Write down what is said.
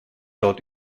dort